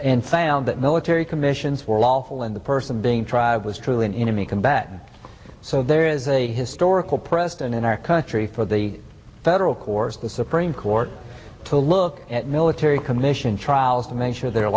and found that military commissions were lawful and the person being tried was truly an enemy combatant so there is a historical precedent in our country for the federal courts the supreme court to look at military commission trials to make sure they're